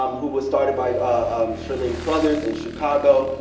um who was started by ah um charlene carruthers in chicago.